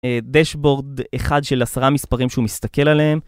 דשבורד אחד של עשרה מספרים שהוא מסתכל עליהם.